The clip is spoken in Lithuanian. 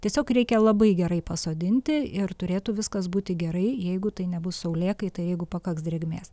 tiesiog reikia labai gerai pasodinti ir turėtų viskas būti gerai jeigu tai nebus saulėkaita jeigu pakaks drėgmės